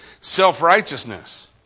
self-righteousness